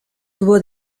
tuvo